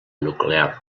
nuclear